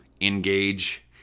engage